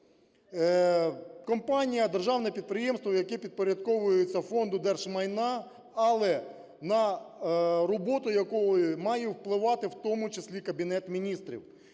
Компанія, державне підприємство, яке підпорядковується Фонду держмайна, але на роботу якого має впливати, в тому числі, і Кабінет Міністрів.